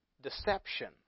deception